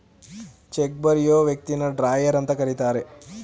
check ಬರಿಯೋ ವ್ಯಕ್ತಿನ drawer ಅಂತ ಕರಿತರೆ